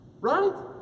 Right